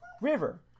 River